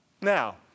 now